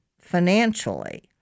financially